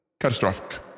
Catastrophic